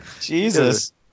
Jesus